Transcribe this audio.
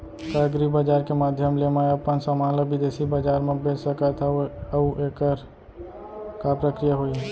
का एग्रीबजार के माधयम ले मैं अपन समान ला बिदेसी बजार मा बेच सकत हव अऊ एखर का प्रक्रिया होही?